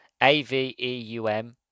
A-V-E-U-M